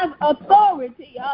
authority